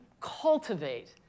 cultivate